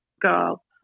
girl